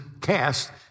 cast